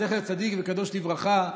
זכר צדיק וקדוש לברכה,